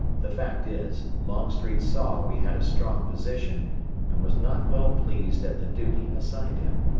the fact is, longstreet saw we had a strong position and was not well pleased at the duty assigned him,